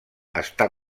està